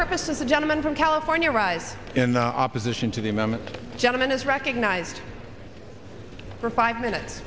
purposes the gentleman from california arise in opposition to the amendment gentleman is recognized for five minutes